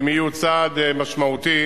הן יהיו צעד משמעותי